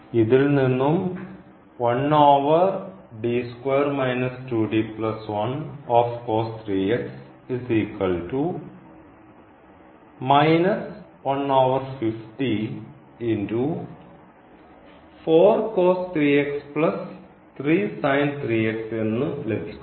ഇതിൽ നിന്നും എന്നു ലഭിക്കുന്നു